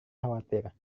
khawatir